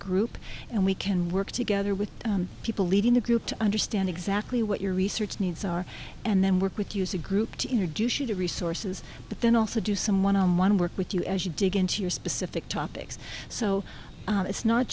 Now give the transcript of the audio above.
group and we can work together with people leading a group to understand exactly what your research needs are and then work with you as a group to introduce you to resources but then also do some one on one work with you as you dig into your specific topics so it's not